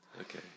Okay